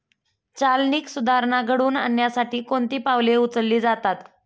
चालनीक सुधारणा घडवून आणण्यासाठी कोणती पावले उचलली जातात?